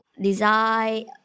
Design